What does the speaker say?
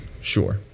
Sure